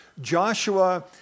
Joshua